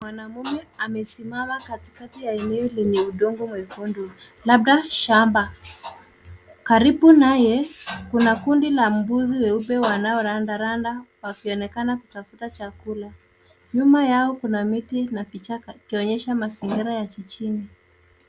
Mwanamume amesimama katikati ya eneo lenye udongo mwekundu labda shamba. Karibu naye kuna kundi la mbuzi weupe wanaorandaranda wakionekana kutafuta chakula. Nyuma yao na kichka ikionyesha mazingira ya jijini.